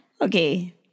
Okay